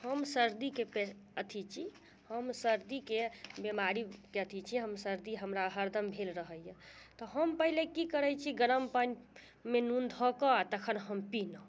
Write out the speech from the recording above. हम सर्दीके पे अथी छी हम सर्दीके बीमारीके अथी छी हम सर्दी हमरा हरदम भेल रहैया तऽ हम पहिले की करैत छी गरम पानिमे नून धऽ कऽ तखन हम पिलहुँ